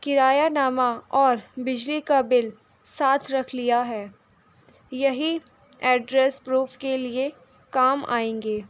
کرایہ نامہ اور بجلی کا بل ساتھ رکھ لیا ہے یہی ایڈریس پروف کے لیے کام آئیں گے